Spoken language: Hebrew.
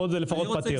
זה פתיר לפחות.